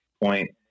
point